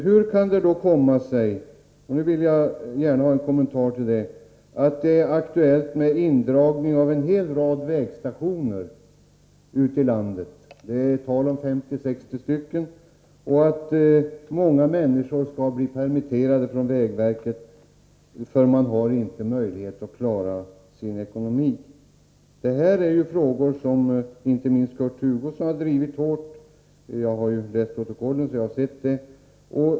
Hur kan det då komma sig — jag vill gärna ha en kommentar till det — att det är aktuellt med indragningar av en hel rad vägstationer ute i landet — det är tal om 50-60 — och att många människor skall bli permitterade från vägverket eftersom man inte har möjlighet att klara sin ekonomi. Detta är frågor som inte minst Kurt Hugosson har drivit hårt — jag har läst protokollen så jag vet det.